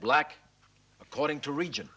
black according to region